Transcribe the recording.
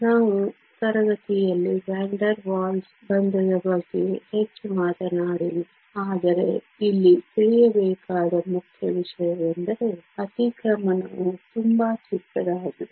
ನಾವು ತರಗತಿಯಲ್ಲಿ van der Waals ಬಂಧದ ಬಗ್ಗೆ ಹೆಚ್ಚು ಮಾತನಾಡಲಿಲ್ಲ ಆದರೆ ಇಲ್ಲಿ ತಿಳಿಯಬೇಕಾದ ಮುಖ್ಯ ವಿಷಯವೆಂದರೆ ಅತಿಕ್ರಮಣವು ತುಂಬಾ ಚಿಕ್ಕದಾಗಿದೆ